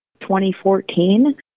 2014